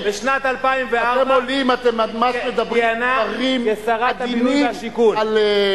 בשנת 2004 היא כיהנה כשרת הבינוי והשיכון.